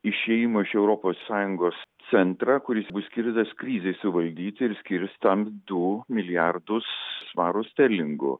išėjimo iš europos sąjungos centrą kuris bus skirtas krizei suvaldyti ir skirs tam du milijardus svarų sterlingų